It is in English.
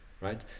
right